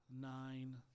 nine